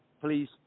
please